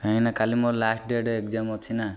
କାହିଁକିନା କାଲି ମୋ ଲାଷ୍ଟ ଡେଟ୍ ଏଗଜାମ୍ ଅଛି ନା